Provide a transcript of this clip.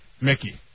Mickey